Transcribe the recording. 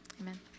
Amen